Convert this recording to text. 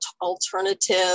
alternative